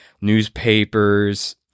newspapers